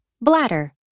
Bladder